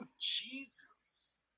jesus